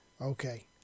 Okay